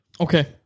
Okay